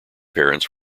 parents